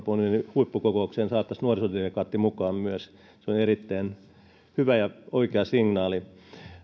huippukokoukseen saataisiin mukaan myös nuorisodelegaatti se on erittäin hyvä ja oikea signaali